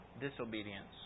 disobedience